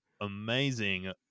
amazing